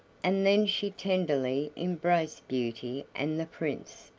and then she tenderly embraced beauty and the prince,